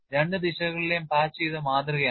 രണ്ട് ദിശകളിലെയും പാച്ച് ചെയ്ത മാതൃകയാണിത്